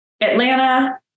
Atlanta